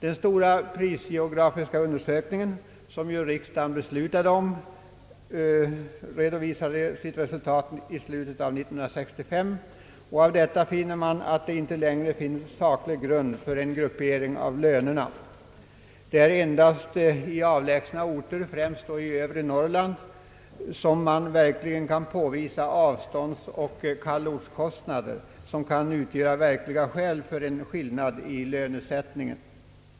Den stora prisgeografiska undersökning, som riksdagen beslutat om, redovisade sitt resultat i slutet av 1965, och därav framgår att det inte längre finns saklig grund för en gruppering av lönerna. Det är endast i avlägsna orter, främst då i övre Norrland, som man verkligen kan påvisa avståndsoch kallortskostnader, vilka kan utgöra verkliga skäl för en skillnad i lönesättningen.